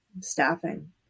Staffing